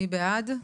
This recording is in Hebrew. מי בעד?